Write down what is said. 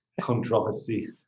controversy